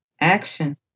Action